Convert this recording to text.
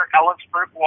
Ellensburg